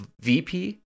VP